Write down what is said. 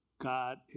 God